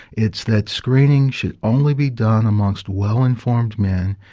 it's that screening should only be done amongst well informed men,